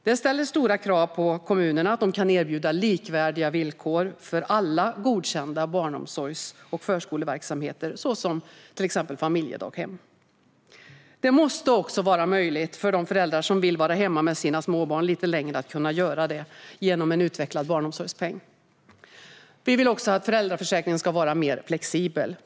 Detta ställer stora krav på att kommunerna kan erbjuda likvärdiga villkor för alla godkända barnomsorgs och förskoleverksamheter, till exempel familjedaghem. Det måste också vara möjligt för de föräldrar som vill vara hemma med sina små barn lite längre att kunna vara det genom en utvecklad barnomsorgspeng. Vi vill också att föräldraförsäkringen ska vara mer flexibel.